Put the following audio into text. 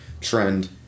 trend